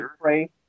pray